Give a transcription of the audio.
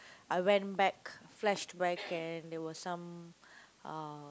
I went back flashback and there were some uh